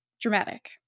Dramatic